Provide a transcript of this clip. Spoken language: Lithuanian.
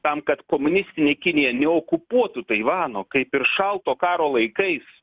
tam kad komunistinė kinija neokupuotų taivano kaip ir šalto karo laikais